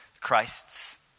Christs